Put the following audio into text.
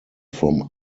from